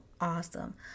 awesome